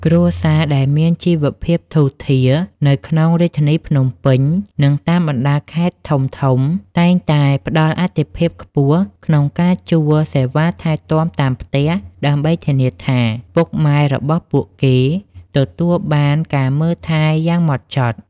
គ្រួសារដែលមានជីវភាពធូរធារនៅក្នុងរាជធានីភ្នំពេញ និងតាមបណ្ដាខេត្តធំៗ តែងតែផ្ដល់អាទិភាពខ្ពស់ក្នុងការជួលសេវាថែទាំតាមផ្ទះ ដើម្បីធានាថាពុកម៉ែរបស់ពួកគេទទួលបានការមើលថែយ៉ាងហ្មត់ចត់។